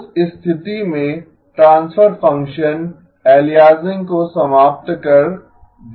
उस स्थिति में ट्रांसफर फंक्शन अलियासिंग को समाप्त कर देगा